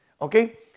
Okay